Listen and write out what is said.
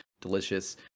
delicious